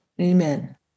Amen